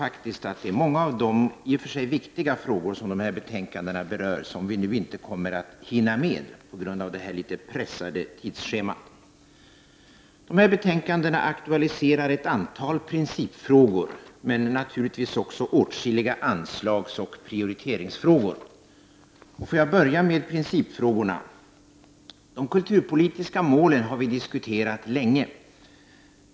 Jag tror att det är många i och för sig viktiga frågor som behandlas i dessa betänkanden som vi inte kommer att hinna med på grund av detta något pressade tidsschema. Dessa betänkanden aktualiserar ett antal principfrågor, men naturligtvis också åtskilliga anslagsoch prioriteringsfrågor. Låt mig börja med principfrågorna. Vi har länge diskuterat de kulturpolitiska målen.